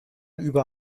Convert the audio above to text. über